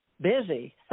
busy